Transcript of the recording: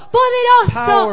poderoso